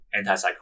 antipsychotic